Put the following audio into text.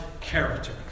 character